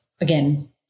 again